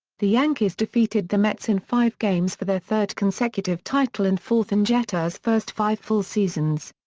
the yankees defeated the mets in five games for their third consecutive title and fourth in jeter's first five full seasons.